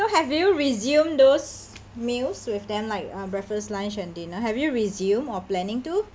so have you resumed those meals with them like uh breakfast lunch and dinner have you resumed or planning to